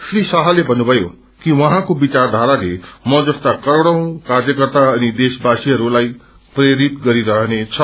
श्री शाहले भन्नुभयो क उहाँको विचारबाराले मजस्ता करोडौ कार्यकर्ता अनि देश्रवासीहस्लाई प्रेरित गरिरहनेछ